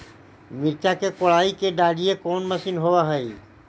मिरचा के कोड़ई के डालीय कोन मशीन होबहय?